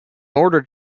order